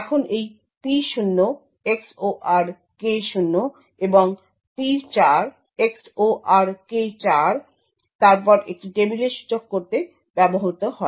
এখন এই P0 XOR K0 এবং P4 XOR K4 তারপর একটি টেবিলে সূচক করতে ব্যবহৃত হয়